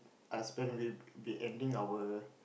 I spend we'll be ending our